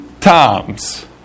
times